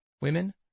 women